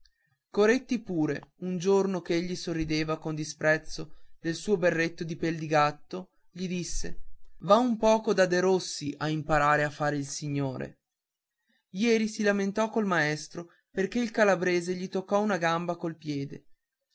coretti pure un giorno ch'egli sorrideva con disprezzo del suo berretto di pel di gatto gli disse va un poco da derossi a imparare a far il signore ieri si lamentò col maestro perché il calabrese gli toccò una gamba col piede